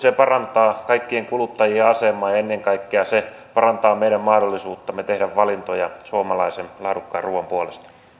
se parantaa kaikkien kuluttajien asemaa ja ennen kaikkea se parantaa meidän mahdollisuuttamme tehdä valintoja suomalaisen laadukkaan ruoan puolesta